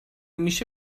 میشه